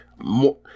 More